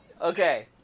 okay